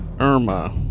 Irma